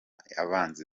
abanzi